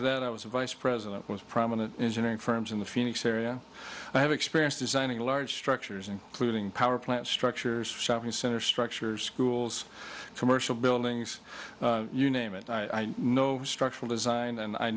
that i was a vice president was prominent engineering firms in the phoenix area i have experience designing large structures including power plant structures shopping center structures schools commercial buildings you name it i know structural design and i